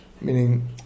Meaning